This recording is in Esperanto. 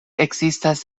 ekzistas